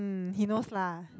um he knows lah